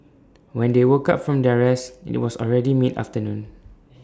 when they woke up from their rest IT was already mid afternoon